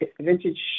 Vintage